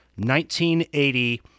1980